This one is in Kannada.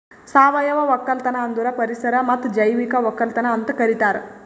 ಸಾವಯವ ಒಕ್ಕಲತನ ಅಂದುರ್ ಪರಿಸರ ಮತ್ತ್ ಜೈವಿಕ ಒಕ್ಕಲತನ ಅಂತ್ ಕರಿತಾರ್